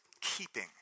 keeping